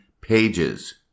Pages